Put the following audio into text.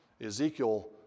Ezekiel